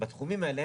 בתחומים האלה,